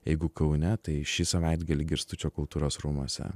jeigu kaune tai šį savaitgalį girstučio kultūros rūmuose